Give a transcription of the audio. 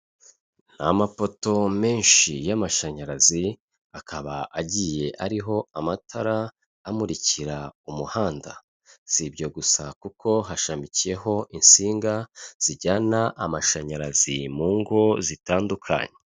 Ni amapoto menshi y'amashanyarazi akaba agiye ariho amatara amurikira umuhanda, si ibyo gusa kuko hashamikiyeho insinga zijyana amashanyarazi mu ngo zitandukanye.